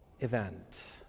event